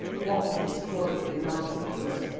what was this flood of inarticulate,